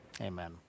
Amen